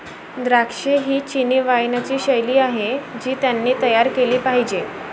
द्राक्षे ही चिनी वाइनची शैली आहे जी त्यांनी तयार केली पाहिजे